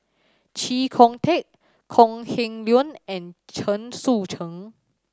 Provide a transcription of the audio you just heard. Chee Kong Tet Kok Heng Leun and Chen Sucheng